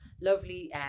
Lovely